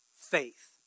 faith